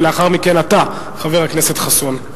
ולאחר מכן אתה, חבר הכנסת חסון.